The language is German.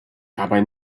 dabei